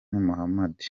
mohamud